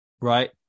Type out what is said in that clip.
right